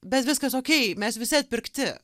bet viskas okei mes visi atpirkti